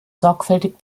sorgfältig